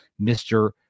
Mr